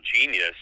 genius